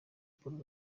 paul